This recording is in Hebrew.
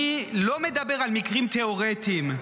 אני לא מדבר על מקרים תיאורטיים,